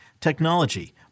technology